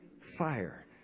fire